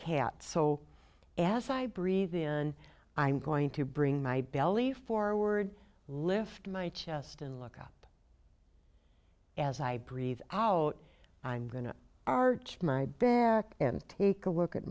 cat so as i breathe in i'm going to bring my belly forward lift my chest and look up as i breathe out i'm going to arched my bear and take a look at